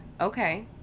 Okay